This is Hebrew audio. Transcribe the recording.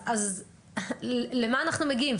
אז למה אנחנו מגיעים?